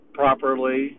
properly